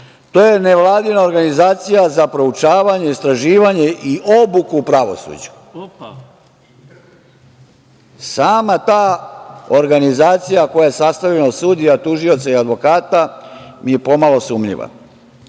je nevladina organizacija za proučavanje, istraživanje i obuku u pravosuđu. Sama ta organizacija koja je sastavljena od sudija, tužioca i advokata mi je pomalo sumnjiva.